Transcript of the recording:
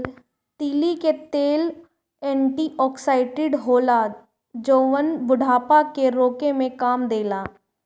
तीली के तेल एंटी ओक्सिडेंट होला जवन की बुढ़ापा के रोके में काम देला